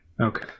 okay